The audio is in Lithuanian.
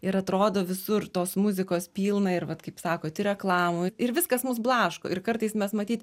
ir atrodo visur tos muzikos pilna ir vat kaip sakot ir reklamų ir viskas mus blaško ir kartais mes matyt